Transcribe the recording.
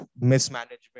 mismanagement